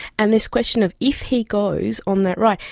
and this question of if he goes on that ride,